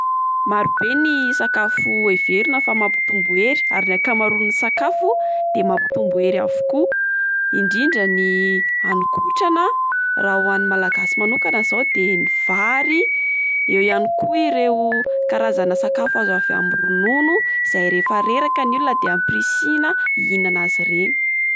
Maro be ny sakafo heverina fa mampitombo hery ary ny akamaroan'ny sakafo de mampitombo hery avokoa, indrindra ny hanin-kotrana, raha hoan'ny malagasy manokana izao de ny vary, eo ihany koa ireo karazana sakafo avy amin'ny ronono izay rehefa reraka ny olona de ampirisiana ihinana azy ireny.